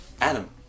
Adam